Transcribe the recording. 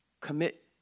Commit